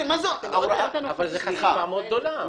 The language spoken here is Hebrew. אבל זאת חשיפה מאוד גדולה.